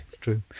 True